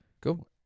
go